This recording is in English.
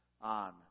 on